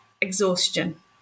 exhaustion